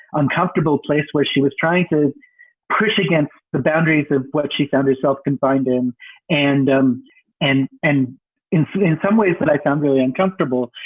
uncomfortable place where she was trying to push against the boundaries of what she found herself confined in and um and and in some in some ways that but i found really uncomfortable.